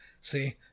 see